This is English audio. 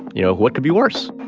you know, what could be worse?